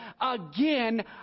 again